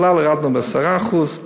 בכלל הורדנו ב-10%;